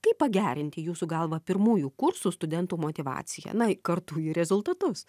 kaip pagerinti jūsų galva pirmųjų kursų studentų motyvaciją na kartu ir rezultatus